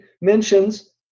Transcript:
mentions